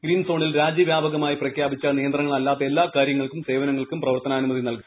green സോണിൽ രാജ്യവ്യാപകമായി പ്രഖ്യാപിച്ച നിയന്ത്രണങ്ങൾ അല്ലാത്ത എല്ലാ കാര്യങ്ങൾക്കും സേവനങ്ങൾക്കും പ്രവർത്തനാനുമതി നൽകും